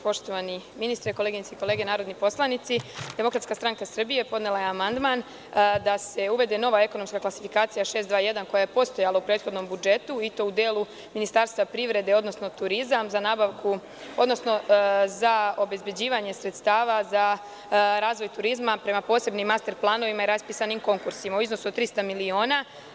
Poštovani ministre, koleginice i kolege narodni poslanici, DSS podnela je amandman da se uvede nova ekonomska klasifikacija 621, koja je postojala u prethodnom budžetu, i to u delu Ministarstva privrede, odnosno turizma, za nabavku, odnosno za obezbeđivanje sredstava za razvoj turizma prema posebnim master planovima i raspisanim konkursima u iznosu od 300 miliona.